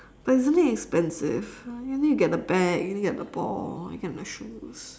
but isn't it expensive you need to get the bag you need to get the ball get the shoes